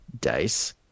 dice